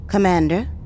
Commander